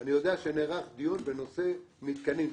אני יודע שנערך דיון בנושא מתקנים,